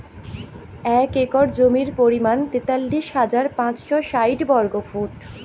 এক একর জমির পরিমাণ তেতাল্লিশ হাজার পাঁচশ ষাইট বর্গফুট